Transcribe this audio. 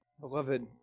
beloved